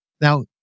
Now